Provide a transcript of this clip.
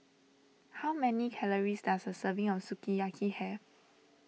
how many calories does a serving of Sukiyaki have